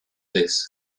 this